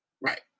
Right